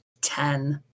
ten